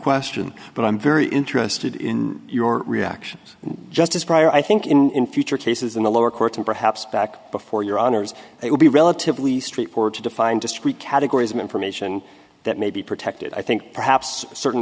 question but i'm very interested in your reactions just as prior i think in future cases in the lower courts and perhaps back before your honor's it would be relatively straightforward to define discrete categories of information that may be protected i think perhaps certain